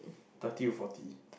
thirty to forty